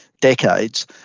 decades